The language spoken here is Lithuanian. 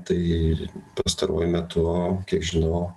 tai ir pastaruoju metu kiek žinau